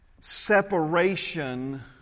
separation